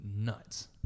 Nuts